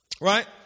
Right